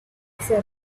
sat